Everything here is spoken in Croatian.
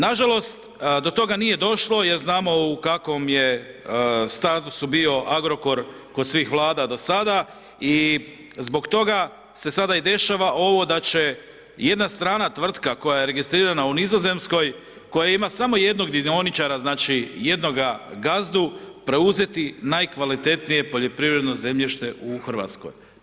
Nažalost, do toga nije došlo jer znamo u kakvom je statusu bio Agrokor kod svih Vlada do sada i zbog toga se sada i dešava ovo da će jedna strana tvrtka koja je registrirana u Nizozemskoj koja ima samo jednog dioničara, znači jednoga gazdu preuzeti najkvalitetnije poljoprivredno zemljište u Hrvatskoj.